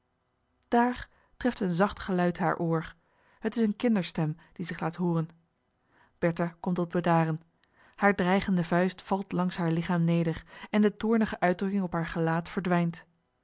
daar treft een zacht geluid haar oor t is eene kinderstem die zich laat hooren bertha komt tot bedaren hare dreigende vuist valt langs haar lichaam neder en de toornige uitdrukking op haar gelaat verdwijnt